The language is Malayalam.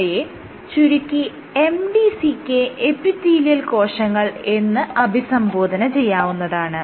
അവയെ ചുരുക്കി MDCK എപ്പിത്തീലിയൽ കോശങ്ങൾ എന്നും അഭിസംബോധന ചെയ്യാവുന്നതാണ്